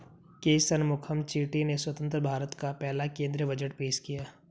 के शनमुखम चेट्टी ने स्वतंत्र भारत का पहला केंद्रीय बजट पेश किया